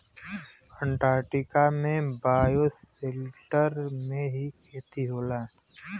Antarctica में bioshelter में ही खेती होला